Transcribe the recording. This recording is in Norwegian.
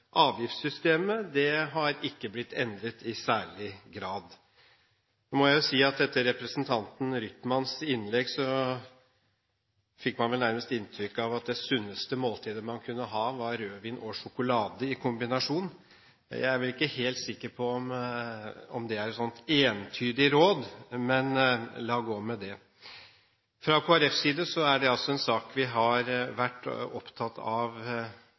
avgiftssystemet har ikke blitt endret i særlig grad. Nå må jeg si at etter representanten Rytmans innlegg fikk man vel nærmest inntrykk av at det sunneste måltidet man kan ha, er rødvin og sjokolade i kombinasjon. Jeg er ikke helt sikker på om det er et entydig råd, men la gå med det. Fra Kristelig Folkepartis side er dette en sak vi har vært opptatt av